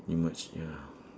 they merge ya